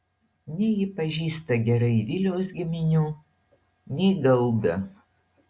nei ji pažįsta gerai viliaus giminių nei gaubio